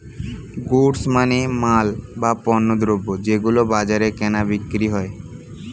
goods মানে মাল, বা পণ্যদ্রব যেগুলো বাজারে কেনা বিক্রি হয়